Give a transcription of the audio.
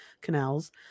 canals